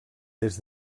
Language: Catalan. des